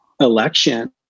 election